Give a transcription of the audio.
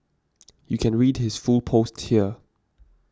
you can read his full post here